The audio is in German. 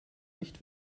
nicht